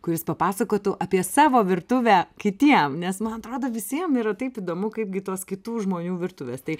kuris papasakotų apie savo virtuvę kitiem nes man atrodo visiem yra taip įdomu kaipgi tos kitų žmonių virtuvės tai